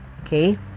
okay